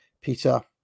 Peter